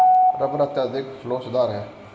rubber अत्यधिक लोचदार है